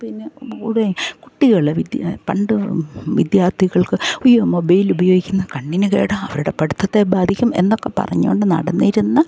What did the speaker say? പിന്നെ കൂടെ കുട്ടികളെ വിദ്യ പണ്ടു വിദ്യാർത്ഥികൾക്ക് ഈ മൊബൈൽ ഉപയോഗിക്കുന്നു കണ്ണിന് കേടാ അവരുടെ പഠിത്തത്തെ ബാധിക്കും എന്നൊക്കെ പറഞ്ഞ് കൊണ്ട് നടന്നിരുന്ന